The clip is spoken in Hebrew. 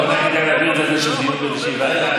אולי כדאי להעביר את זה לדיון באיזושהי ועדה,